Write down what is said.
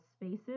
spaces